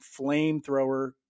flamethrower